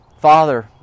Father